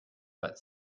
but